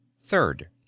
Third